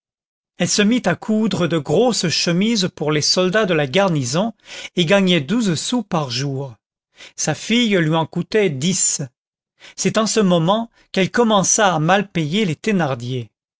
elle se mit à coudre de grosses chemises pour les soldats de la garnison et gagnait douze sous par jour sa fille lui en coûtait dix c'est en ce moment qu'elle commença à mal payer les thénardier